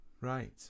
Right